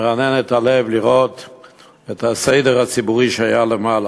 מרענן את הלב לראות את הסדר הציבורי שהיה למעלה.